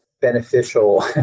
beneficial